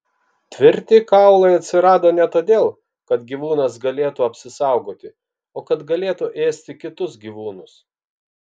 tvirti kaulai atsirado ne todėl kad gyvūnas galėtų apsisaugoti o kad galėtų ėsti kitus gyvūnus